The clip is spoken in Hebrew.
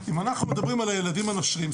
אם אנחנו מדברים על הילדים הנושרים,